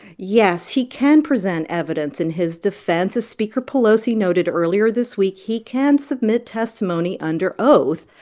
yes, he can present evidence in his defense. as speaker pelosi noted earlier this week, he can submit testimony under oath.